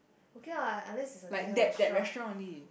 okay lah unless it's a new restaurant